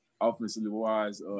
offensively-wise